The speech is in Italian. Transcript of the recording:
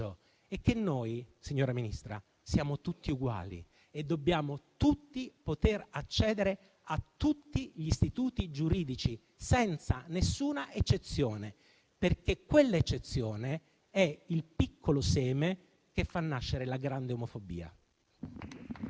uguali, signora Ministra, e dobbiamo tutti poter accedere a tutti gli istituti giuridici, senza nessuna eccezione, perché quella eccezione è il piccolo seme che fa nascere la grande omofobia.